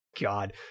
God